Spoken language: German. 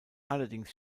allerdings